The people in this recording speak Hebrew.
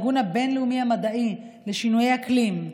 הארגון הבין-לאומי המדעי לשינוי אקלים,